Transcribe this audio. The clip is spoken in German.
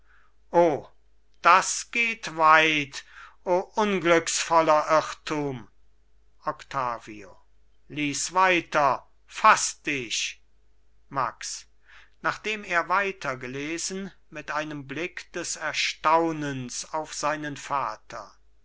o das geht weit o unglücksvoller irrtum octavio lies weiter faß dich max nachdem er weiter gelesen mit einem blick des erstaunens auf seinen vater